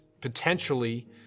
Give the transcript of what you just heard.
potentially